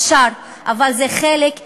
אפשר, אבל זה חלק מאידיאולוגיה.